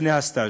לפני הסטאז'.